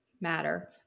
matter